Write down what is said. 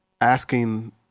asking